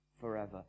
forever